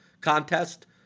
contest